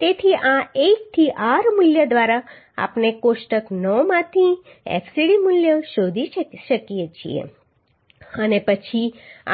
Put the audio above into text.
તેથી આ l થી r મૂલ્ય દ્વારા આપણે કોષ્ટક 9 માંથી fcd મૂલ્ય શોધી શકીએ છીએ અને પછી